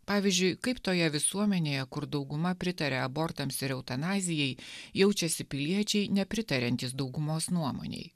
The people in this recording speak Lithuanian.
pavyzdžiui kaip toje visuomenėje kur dauguma pritaria abortams ir eutanazijai jaučiasi piliečiai nepritariantys daugumos nuomonei